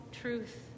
truth